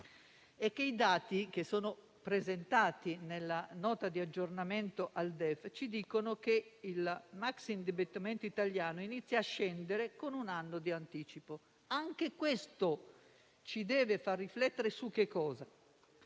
i dati presentati nella Nota di aggiornamento al DEF ci dicono che il maxi-indebitamento italiano inizia a scendere con un anno di anticipo. Anche questo ci deve far riflettere sul fatto